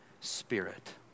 Spirit